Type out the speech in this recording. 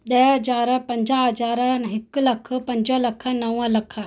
ॾह हज़ार पंजाहु हज़ार हिकु लख पंज लख नव लख